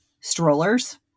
strollers